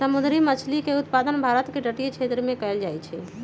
समुंदरी मछरी के उत्पादन भारत के तटीय क्षेत्रमें कएल जाइ छइ